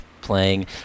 playing